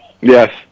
Yes